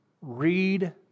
Read